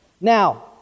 Now